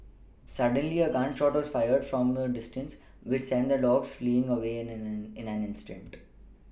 suddenly a gun shot was fired from a distance which sent the dogs fleeing away an an in an in strict